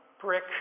brick